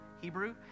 Hebrew